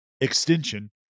extension